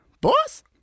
Boss